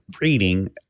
reading